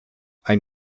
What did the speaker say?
ein